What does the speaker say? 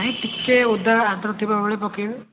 ନାହିଁ ଟିକେ ଓଦା ଆଦ୍ର ଥିଲା ବେଳେ ପକାଇବେ